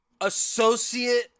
Associate